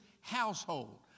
household